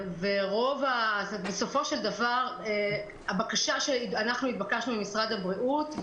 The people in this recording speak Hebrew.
בסופו של דבר הבקשה שהתבקשנו ממשרד הבריאות,